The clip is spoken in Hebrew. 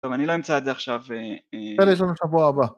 טוב, אני לא אמצא עד עכשיו. בסדר, יש לנו שבוע הבא.